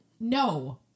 no